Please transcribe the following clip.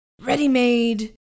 ready-made